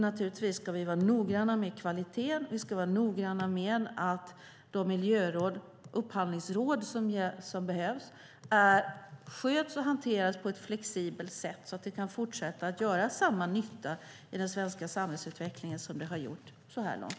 Naturligtvis ska vi vara noggranna med kvaliteten och med att de miljöråd och upphandlingsråd som behövs sköts och hanteras på ett flexibelt sätt, så att de kan fortsätta att göra samma nytta i den svenska samhällsutvecklingen som de har gjort så här långt.